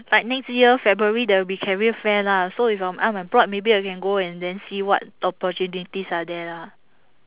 like next year february there will be career fair lah so if I'm I'm bored maybe I can go and then see what opportunities are there lah